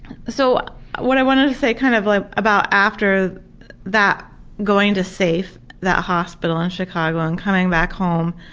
so what i wanted to say kind of like about after that going to safe, that hospital in chicago, and coming back home,